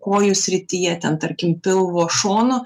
kojų srityje ten tarkim pilvo šonų